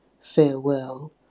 Farewell